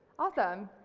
awesome!